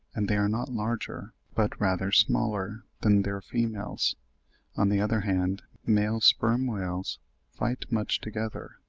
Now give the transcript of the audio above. and they are not larger, but rather smaller, than their females on the other hand, male sperm-whales fight much together,